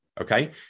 Okay